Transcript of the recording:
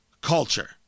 culture